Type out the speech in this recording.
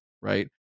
right